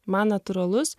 man natūralus